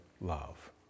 love